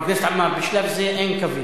חבר הכנסת עמאר, בשלב זה אין קווים.